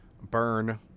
burn